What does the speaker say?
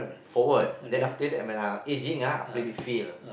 forward then after that when I aging ah I play midfield